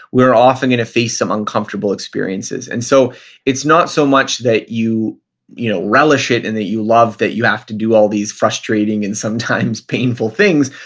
we're often going to face some uncomfortable experiences and so it's not so much that you you know relish it and that you love that you have to do all these frustrating and sometimes painful things,